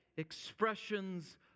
expressions